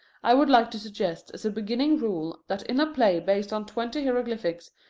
i would like to suggest as a beginning rule that in a play based on twenty hieroglyphics,